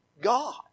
God